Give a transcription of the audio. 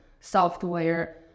software